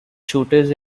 shooters